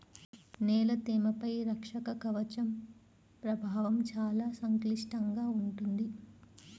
నేల తేమపై రక్షక కవచం ప్రభావం చాలా సంక్లిష్టంగా ఉంటుంది